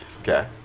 Okay